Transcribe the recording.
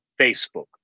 Facebook